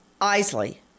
Isley